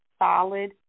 solid